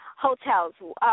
Hotels